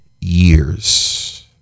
years